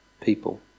people